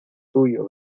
tuyo